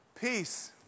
Peace